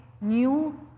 new